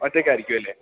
ഒറ്റയ്ക്കായിരിക്കുമല്ലേ